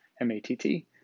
M-A-T-T